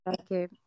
okay